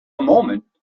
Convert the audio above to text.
moment